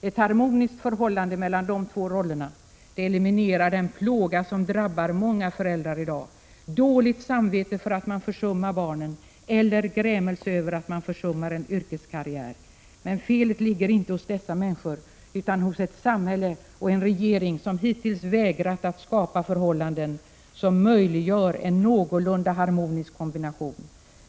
Ett harmoniskt förhållande mellan de två rollerna eliminerar den plåga som drabbar många föräldrar i dag: dåligt samvete för att man försummar barnen eller grämelse över att man försummar en yrkeskarriär. Men felet ligger inte hos dessa människor utan hos ett samhälle och en regering som hittills vägrat att skapa förhållanden som möjliggör en någorlunda harmonisk kombination.